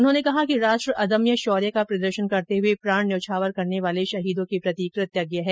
उन्होंने कहा कि राष्ट्र अदम्य शौर्य का प्रदर्शन करते हुए प्राण न्यौछावर करने वाले शहीदों के प्रति कृ तज्ञ है